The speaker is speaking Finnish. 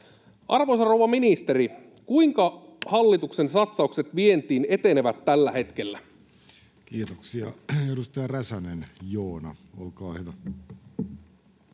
Arvoisa rouva ministeri, kuinka hallituksen satsaukset vientiin etenevät tällä hetkellä? Kiitoksia. — Edustaja Räsänen, Joona, olkaa hyvä.